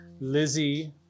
Lizzie